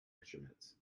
instruments